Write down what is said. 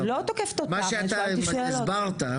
מה שאתה הסברת,